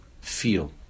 feel